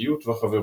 יצירתיות וחברות.